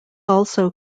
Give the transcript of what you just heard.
also